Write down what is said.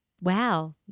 Wow